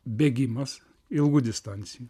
bėgimas ilgų distancijų